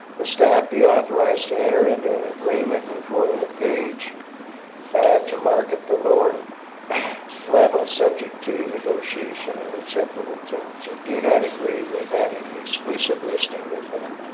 the staff be authorized to enter into an agreement with royal ah lepage to market the lord level subject to negotiation and acceptable terms. i do not agree with having an exclusive listing with them